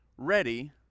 ready